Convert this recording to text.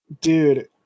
Dude